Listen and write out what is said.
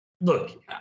look